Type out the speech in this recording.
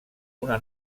una